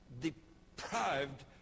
deprived